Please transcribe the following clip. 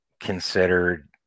considered